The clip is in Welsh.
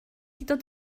dod